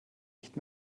nicht